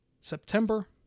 September